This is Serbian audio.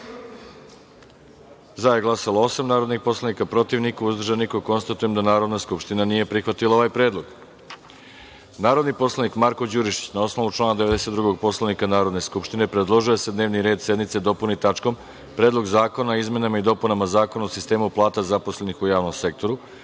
saopštavam: za – osam, protiv – niko, uzdržanih – nema. Konstatujem da Narodna skupština nije prihvatila ovaj predlog. Narodni poslanik Marko Đurišić, na osnovu člana 92. Poslovnika Narodne skupštine, predložio je da se dnevni red sednice dopuni tačkom - Predlog zakona o izmenama i dopunama Zakona o sistemu plata zaposlenih u javnom sektoru,